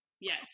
Yes